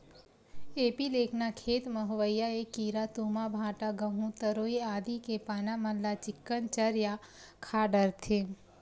एपीलेकना खेत म होवइया ऐ कीरा तुमा, भांटा, गहूँ, तरोई आदि के पाना मन ल चिक्कन चर या खा डरथे